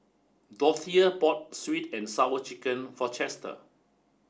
Dorthea bought sweet and sour chicken for Chester